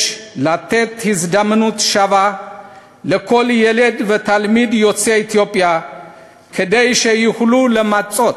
יש לתת הזדמנות שווה לכל ילד ותלמיד יוצא אתיופיה כדי שיוכלו למצות